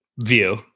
view